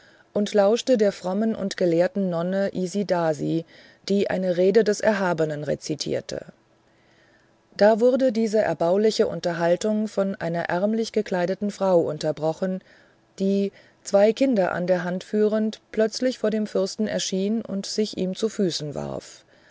und lauschte der frommen und gelehrten nonne isidasi die eine rede des erhabenen rezitierte da wurde diese erbauliche unterhaltung von einer ärmlich gekleideten frau unterbrochen die zwei kinder an der hand führend plötzlich vor dem fürsten erschien und sich ihm zu füßen warf